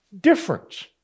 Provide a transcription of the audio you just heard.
difference